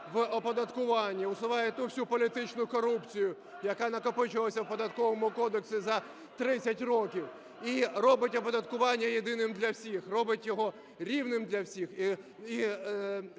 в оподаткуванні, усуває ту всю політичну корупцію, яка накопичилася в Податковому кодексі за 30 років, і робить оподаткування єдиним для всіх, робить його рівним для всіх